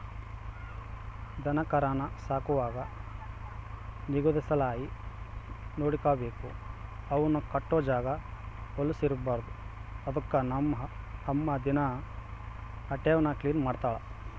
ದನಕರಾನ ಸಾಕುವಾಗ ನಿಗುದಲಾಸಿ ನೋಡಿಕಬೇಕು, ಅವುನ್ ಕಟ್ಟೋ ಜಾಗ ವಲುಸ್ ಇರ್ಬಾರ್ದು ಅದುಕ್ಕ ನಮ್ ಅಮ್ಮ ದಿನಾ ಅಟೇವ್ನ ಕ್ಲೀನ್ ಮಾಡ್ತಳ